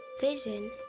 vision